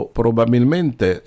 probabilmente